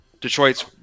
Detroit's